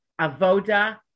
Avoda